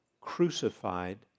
crucified